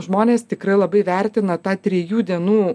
žmonės tikrai labai vertina tą trijų dienų